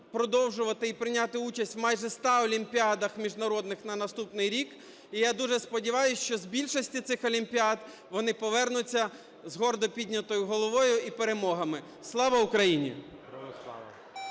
продовжувати і прийняти участь в майже 100 олімпіадах міжнародних на наступний рік. І я дуже сподіваюся, що з більшості цих олімпіад вони повернуться з гордо піднятою головою і перемогами. Слава Україні!